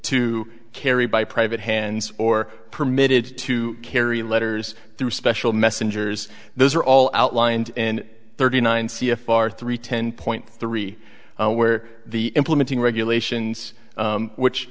to carry by private hands or permitted to carry letters through special messengers those are all outlined in thirty nine c f r three ten point three where the implementing regulations which